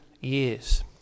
years